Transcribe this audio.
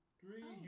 three